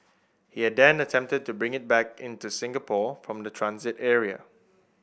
he had then attempted to bring it back in to Singapore from the transit area